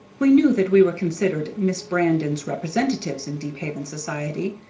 we knew that we were considered miss brandon's representatives in deephaven society,